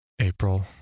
April